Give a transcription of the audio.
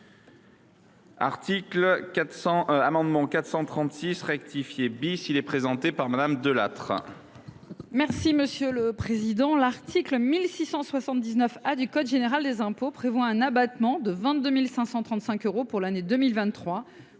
L’article 1679 A du code général des impôts prévoit un abattement de 22 535 euros pour 2023